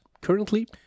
currently